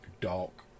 dark